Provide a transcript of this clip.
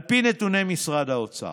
על פי נתוני משרד האוצר,